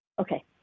Okay